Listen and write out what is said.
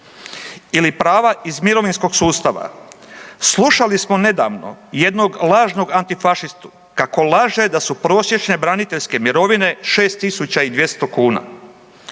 ili prava iz mirovinskog sustava? Slušali smo nedavno jednog lažnog antifašistu kako laže da su prosječne braniteljske mirovine 6200 kuna.